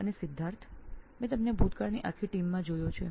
અને સિદ્ધાર્થ મેં આપને પાછલી આખી ટીમમાં જોયા છે